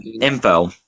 info